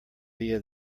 via